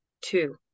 Two